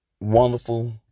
Wonderful